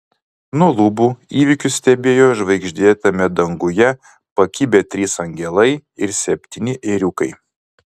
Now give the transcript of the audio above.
nuo lubų įvykius stebėjo žvaigždėtame danguje pakibę trys angelai ir septyni ėriukai